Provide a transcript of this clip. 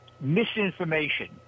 misinformation